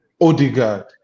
Odegaard